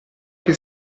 che